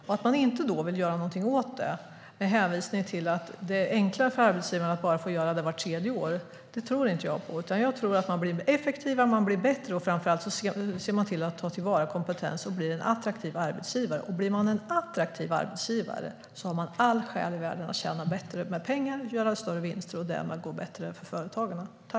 Ni vill inte göra någonting åt det och hänvisar till att det är enklare för arbetsgivarna att bara få göra det här vart tredje år. Detta tror jag inte på. Jag tror att man blir effektivare och bättre med årliga lönekartläggningar. Framför allt ser man till att ta till vara kompetens och blir en attraktiv arbetsgivare. Och blir man en attraktiv arbetsgivare har man alla möjligheter i världen att tjäna mer pengar och göra större vinster. Därmed går det bättre för företagarna.